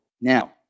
Now